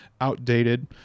outdated